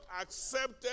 accepted